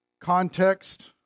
context